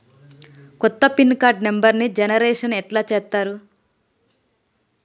కొత్త pin card నెంబర్ని generation ఎట్లా చేత్తరు?